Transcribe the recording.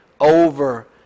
over